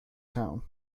town